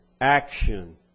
action